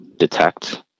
detect